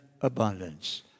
abundance